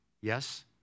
yes